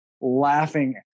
laughing